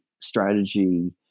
strategy